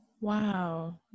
Wow